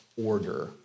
order